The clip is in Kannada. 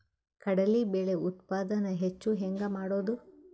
ಕಡಲಿ ಬೇಳೆ ಉತ್ಪಾದನ ಹೆಚ್ಚು ಹೆಂಗ ಮಾಡೊದು?